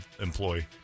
employee